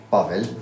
Pavel